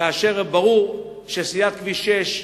כאשר ברור שסלילת כביש 6,